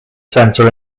center